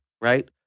right